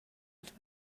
els